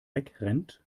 wegrennt